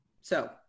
So-